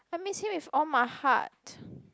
I miss him with all my heart